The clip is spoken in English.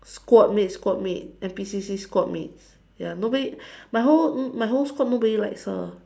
squad mate squad mate N_P_C_C squad mate ya nobody my whole my whole squad nobody likes her